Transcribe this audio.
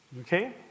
Okay